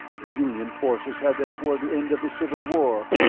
the union forces had them toward the end of the civil war.